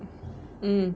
mm